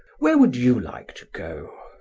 where would you like to go?